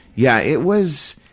yeah, it was,